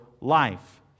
life